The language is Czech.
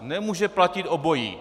Nemůže platit obojí.